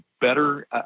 better